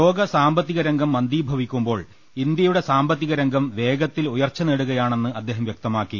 ലോകസാമ്പത്തിക രംഗം മന്ദീഭവിക്കുമ്പോൾ ഇന്ത്യയുടെ സാമ്പ ത്തിക രംഗം വേഗത്തിൽ ഉയർച്ച നേടുകയാണെന്ന് അദ്ദേഹം വൃക്തമാക്കി